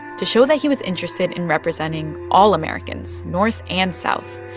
to show that he was interested in representing all americans north and south.